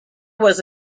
was